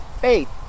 faith